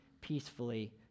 peacefully